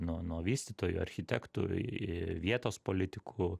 nuo nuo vystytojų architektų i i vietos politikų